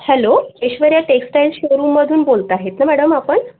hello Aishwarya textile शोरूममधून बोलत आहेत ना मॅडम आपण